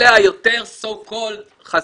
של אלה היותר so called חזקים,